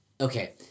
Okay